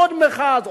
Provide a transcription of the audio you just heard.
עוד מאחז,